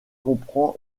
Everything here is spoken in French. comprend